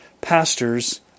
pastors